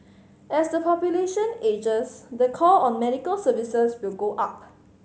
as the population ages the call on medical services will go up